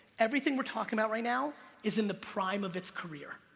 everything we're talking about right now, is in the prime of its career.